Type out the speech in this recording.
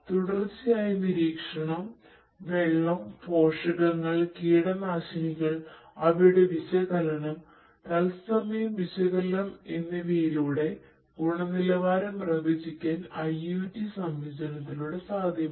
തുടർച്ചയായ നിരീക്ഷണം വെള്ളം പോഷകങ്ങൾ കീടനാശിനികൾ അവയുടെ വിശകലനം തത്സമയം വിശകലനം എന്നിവയിലൂടെ ഗുണനിലവാരം പ്രവചിക്കാൻ ഐഒടി സംയോജനത്തിലൂടെ സാധ്യമാണ്